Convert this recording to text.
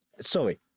Sorry